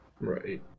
Right